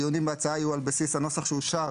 הדיונים בהצעה יהיו על בסיס הנוסח שאושר